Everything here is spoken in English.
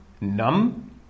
Numb